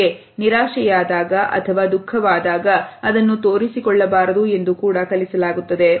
ಜೊತೆಗೆ ನಿರಾಶೆಯಾದಾಗ ಅಥವಾ ದುಃಖವಾದಾಗ ಅದನ್ನು ತೋರಿಸಿಕೊಳ್ಳಬಾರದು ಎಂದು ಕೂಡಾ ಕಲಿಸಲಾಗುತ್ತದೆ